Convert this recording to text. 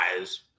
eyes